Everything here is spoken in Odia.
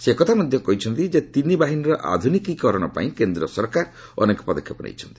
ସେ ଏକଥା ମଧ୍ୟ କହିଛନ୍ତି ଯେ ତିନି ବାହିନୀର ଆଧୁନିକୀକରଣପାଇଁ କେନ୍ଦ୍ର ସରକାର ଅନେକ ପଦକ୍ଷେପ ନେଇଛନ୍ତି